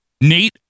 Nate